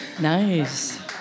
Nice